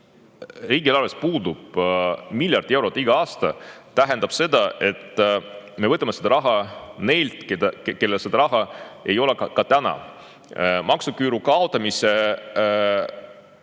riigieelarves puudub miljard eurot igal aastal, tähendab seda, et me võtame raha neilt, kellel seda raha ei ole ka täna. Maksuküüru kaotamise